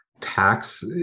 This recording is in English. tax